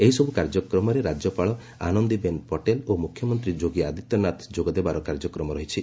ଏହିସବୁ କାର୍ଯ୍ୟକ୍ରମରେ ରାଜ୍ୟପାଳ ଆନନ୍ଦିବେନ ପଟେଲ ଓ ମୁଖ୍ୟମନ୍ତୀ ଯୋଗୀ ଆଦିତ୍ୟନାଥ ଯୋଗ ଦେବାର କାର୍ଯ୍ୟକ୍ରମ ରହିଛି